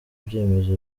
ibyemezo